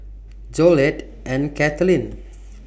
Jolette and Kathlyn